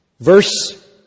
Verse